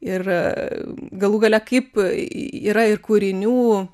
ir galų gale kaip yra ir kūrinių